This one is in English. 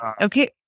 Okay